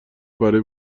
برای